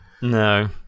No